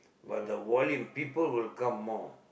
but the volume people will come more